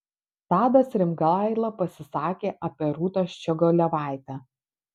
tadas rimgaila pasisakė apie rūtą ščiogolevaitę